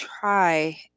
try